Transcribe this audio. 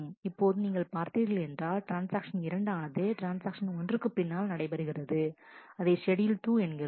இப்போது நீங்கள் பார்த்தீர்கள் என்றால் ட்ரான்ஸ்ஆக்ஷன் இரண்டானது ட்ரான்ஸ்ஆக்ஷன் ஒன்றுக்குப் பின்னால் நடைபெறுகிறது அதை ஷெட்யூல் 2 என்கிறோம்